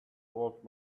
old